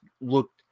looked